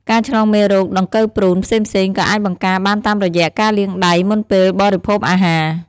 ការឆ្លងមេរោគ ដង្កូវព្រូន ផ្សេងៗ ក៏អាចបង្ការបានតាមរយៈការលាងដៃមុនពេលបរិភោគអាហារ។